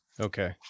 Okay